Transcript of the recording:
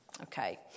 Okay